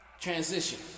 transition